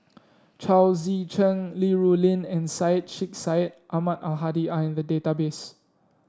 Chao Tzee Cheng Li Rulin and Syed Sheikh Syed Ahmad Al Hadi are in the database